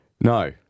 No